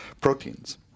proteins